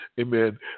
Amen